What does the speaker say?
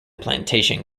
plantation